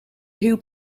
hield